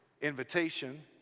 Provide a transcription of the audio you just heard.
invitation